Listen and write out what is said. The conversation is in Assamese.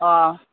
অঁ